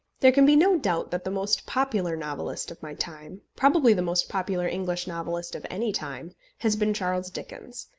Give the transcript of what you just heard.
there can be no doubt that the most popular novelist of my time probably the most popular english novelist of any time has been charles dickens.